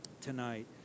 tonight